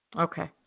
Okay